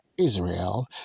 Israel